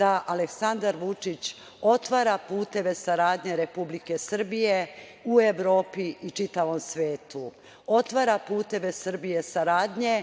da Aleksandar Vučić otvara puteve saradnje Republike Srbije u Evropi i čitavom svetu. Otvara puteve Srbije saradnje